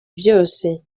byose